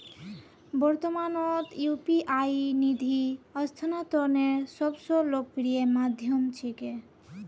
वर्त्तमानत यू.पी.आई निधि स्थानांतनेर सब स लोकप्रिय माध्यम छिके